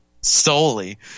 solely